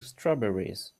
strawberries